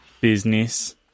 business